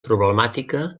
problemàtica